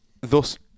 thus